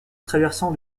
traversant